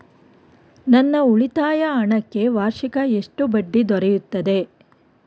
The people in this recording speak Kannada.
ನನ್ನ ಉಳಿತಾಯ ಹಣಕ್ಕೆ ವಾರ್ಷಿಕ ಎಷ್ಟು ಬಡ್ಡಿ ದೊರೆಯುತ್ತದೆ?